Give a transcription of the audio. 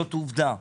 זאת עובדה.